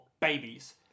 babies